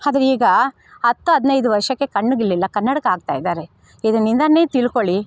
ಅದು ಈಗ ಹತ್ತು ಹದ್ನೈದು ವರ್ಷಕ್ಕೆ ಕಣ್ಣುಗಳಿಲ್ಲ ಕನ್ನಡಕ ಹಾಕ್ತಾಯಿದ್ದಾರೆ ಇದರಿಂದಲೇ ತಿಳ್ಕೊಳ್ಳಿ